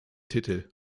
titel